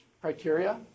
criteria